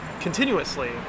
continuously